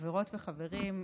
חברות וחברים,